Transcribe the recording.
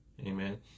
Amen